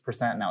Now